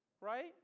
right